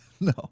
no